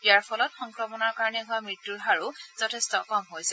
ইয়াৰ ফলত সংক্ৰমণৰ কাৰণে হোৱা মৃত্যূৰ হাৰো যথেষ্ট কম হৈছে